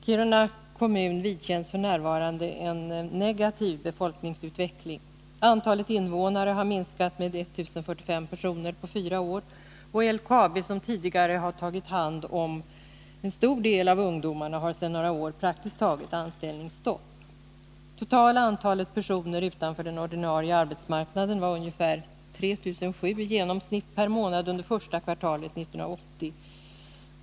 Kiruna kommun vidkänns f. n. en negativ befolkningsutveckling. Antalet invånare har minskat med 1 045 personer på fyra år. LKAB, som tidigare har tagit hand om en stor del av ungdomarna, har sedan några år praktiskt taget anställningsstopp. Totala antalet personer utanför den ordinarie arbetsmarknaden var ungefär 3 007 i genomsnitt per månad under första kvartalet 1980.